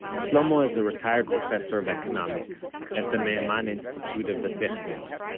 shlomo is a retired professor of economics at the ne'aman institute of the technion,